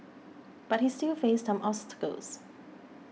but he still faced some obstacles